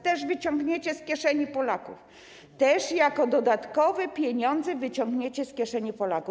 Też wyciągniecie ją z kieszeni Polaków, też jako dodatkowe pieniądze wyciągniecie to z kieszeni Polaków.